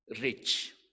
rich